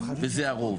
וזה הרוב,